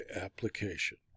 application